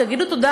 תגידו תודה,